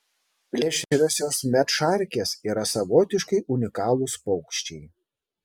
plėšriosios medšarkės yra savotiškai unikalūs paukščiai